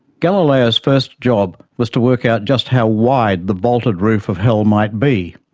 galileo's first job was to work out just how wide the vaulted roof of hell might be.